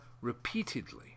repeatedly